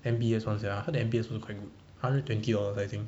M_B_S [one] sia I heard the M_B_S also quite good hundred twenty dollars I think